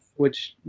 which